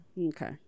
Okay